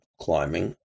climbing